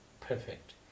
Perfect